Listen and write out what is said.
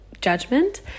judgment